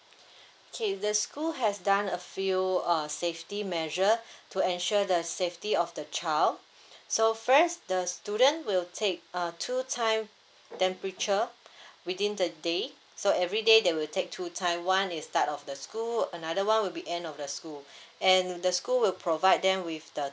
okay the school has done a few uh safety measure to ensure the safety of the child so first the student will take uh two time temperature within the day so everyday they will take two time one is start of the school another one will be end of the school and the school will provide them with the